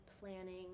planning